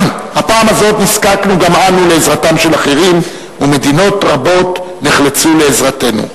הפעם הזאת נזקקנו גם אנו לעזרתם של אחרים ומדינות רבות נחלצו לעזרתנו.